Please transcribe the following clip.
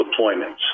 deployments